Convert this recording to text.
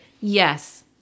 Yes